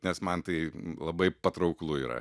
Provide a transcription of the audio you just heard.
nes man tai labai patrauklu yra